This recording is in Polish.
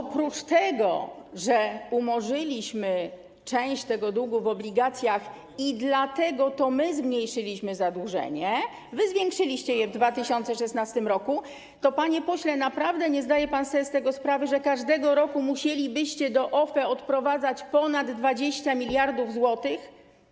Bo oprócz tego, że umorzyliśmy część tego długu w obligacjach - i dlatego to my zmniejszyliśmy zadłużenie, wy zwiększyliście je w 2016 r. - to, panie pośle, naprawdę nie zdaje pan sobie z tego sprawy, że każdego roku musielibyście do OFE odprowadzać ponad 20 mld zł?